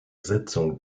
sitzung